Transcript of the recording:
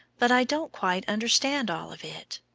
but i don't quite understand all of it.